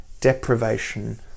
deprivation